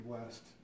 West